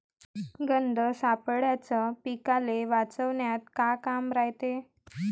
गंध सापळ्याचं पीकाले वाचवन्यात का काम रायते?